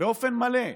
באופן מלא,